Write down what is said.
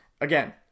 Again